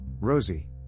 rosie